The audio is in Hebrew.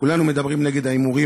כולנו מדברים נגד ההימורים.